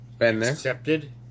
accepted